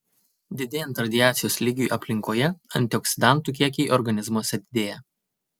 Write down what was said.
didėjant radiacijos lygiui aplinkoje antioksidantų kiekiai organizmuose didėja